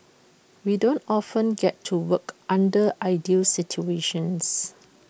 we don't often get to work under ideal situations